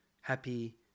happy